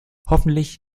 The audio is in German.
hoffentlich